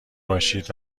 باشید